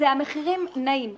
המחירים נעים.